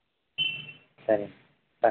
సరేండి బాయ్